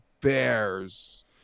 bears